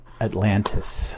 Atlantis